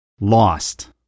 lost